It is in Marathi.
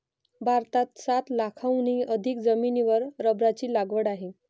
भारतात सात लाखांहून अधिक जमिनीवर रबराची लागवड आहे